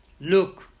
Look